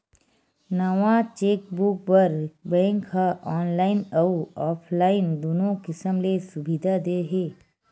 नवा चेकबूक बर बेंक ह ऑनलाईन अउ ऑफलाईन दुनो किसम ले सुबिधा दे हे